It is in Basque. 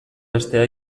hastea